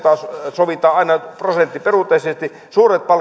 sovitaan aina prosenttiperusteisesti suuripalkkaiset